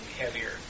heavier